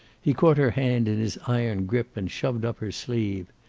he caught her hand in his iron grip and shoved up her sleeve.